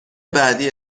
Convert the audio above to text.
بعدی